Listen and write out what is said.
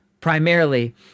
primarily